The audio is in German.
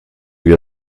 wir